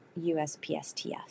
USPSTF